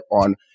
on